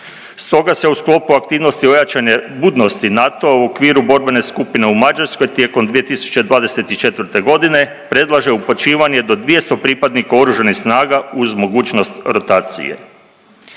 Stoga se u sklopu aktivnosti ojačane budnosti NATO-a u okviru borbene skupine u Mađarskoj tijekom 2024. godine predlaže upućivanje do 200 pripadnika Oružanih snaga uz mogućnost rotacije.